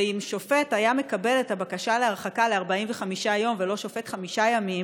ואם שופט היה מקבל את הבקשה להרחקה ל-45 יום ולא שופט חמישה ימים,